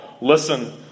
Listen